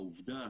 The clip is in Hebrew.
העובדה